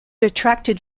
attracted